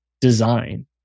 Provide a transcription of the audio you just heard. design